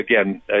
again